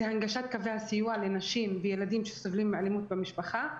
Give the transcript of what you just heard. הנגשת קווי הסיוע לנשים וילדים שסובלים מאלימות במשפחה.